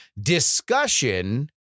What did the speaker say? discussion